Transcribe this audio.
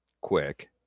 quick